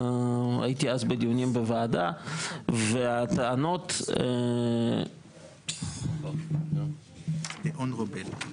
הייתי אז בדיונים בוועדה והטענות --- השרה סטרוק שתתה היום קפה בבוקר?